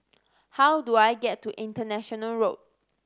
how do I get to International Road